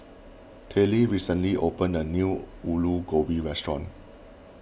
Tallie recently opened a new Ulu Gobi restaurant